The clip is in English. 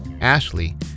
Ashley